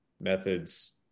Methods